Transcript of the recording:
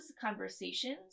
conversations